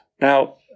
Now